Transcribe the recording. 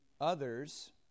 others